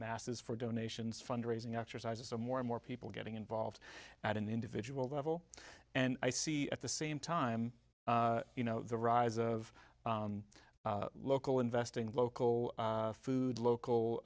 masses for donations fundraising exercises or more and more people getting involved at an individual level and i see at the same time you know the rise of local investing local food local